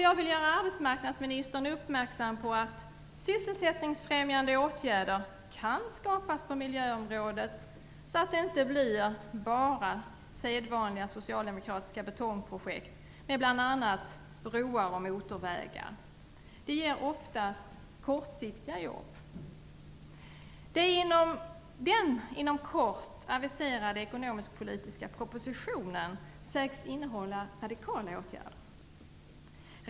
Jag vill göra arbetsmarknadsministern uppmärksam på att sysselsättningsfrämjande åtgärder kan skapas på miljöområdet, så att det inte bara blir sedvanliga socialdemokratiska betongprojekt med bl.a. broar och motorvägar. De ger oftast kortsiktiga jobb. Den inom kort aviserade ekonomisk-politiska propositionen sägs innehålla radikala åtgärder.